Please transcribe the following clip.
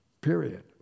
period